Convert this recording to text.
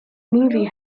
movie